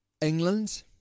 england